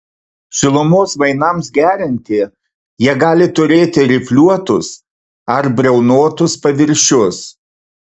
šilumos mainams gerinti jie gali turėti rifliuotus ar briaunotus paviršius